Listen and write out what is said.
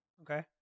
Okay